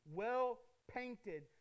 well-painted